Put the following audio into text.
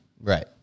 right